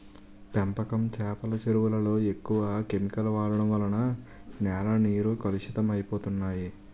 పెంపకం చేపల చెరువులలో ఎక్కువ కెమికల్ వాడడం వలన నేల నీరు కలుషితం అయిపోతన్నాయి